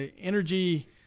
Energy